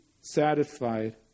satisfied